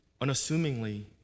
unassumingly